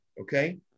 okay